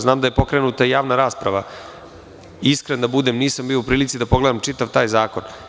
Znam da je pokrenuta i javna rasprava i da budem iskren nisam bio u prilici da pogledam taj čitav zakon.